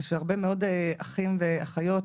זה שהרבה מאוד אחים ואחיות,